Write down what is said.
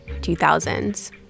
2000s